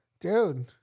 dude